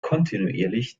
kontinuierlich